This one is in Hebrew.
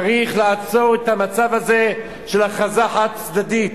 צריך לעצור את המצב הזה של הכרזה חד-צדדית.